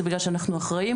זה בגלל שאנחנו אחראים,